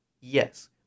yes